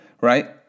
right